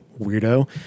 Weirdo